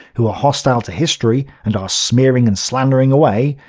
who are hostile to history and are smearing and slandering away,